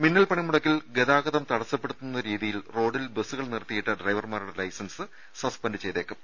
മിന്നൽ പണിമുടക്കിൽ ഗതാഗതം തടസ്സപ്പെടുത്തുന്ന രീതിയിൽ റോഡിൽ ബസ്സുകൾ നിർത്തിയിട്ട ഡ്രൈവർമാരുടെ ലൈസൻസ് സസ്പെന്റ് ചെയ്തേക്കും